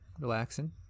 Relaxing